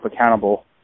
accountable